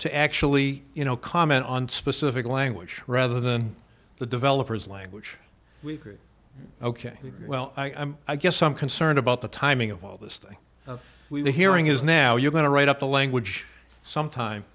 to actually you know comment on specific language rather than the developer's language ok well i'm i guess i'm concerned about the timing of all this thing we're hearing is now you're going to write up the language sometime